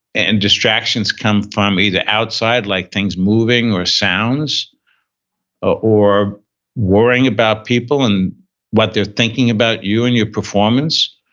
and distractions come from either outside, like things moving or sounds ah or worrying about people and what they're thinking about you and your performance,